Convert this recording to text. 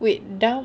wait dam